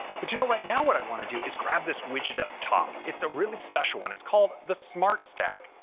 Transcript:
but, you know, right now what i want to do is grab this widget up top. it's a really special one. it's called the smart stack.